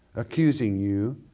accusing you,